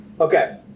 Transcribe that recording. Okay